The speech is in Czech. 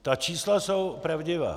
Ta čísla jsou pravdivá.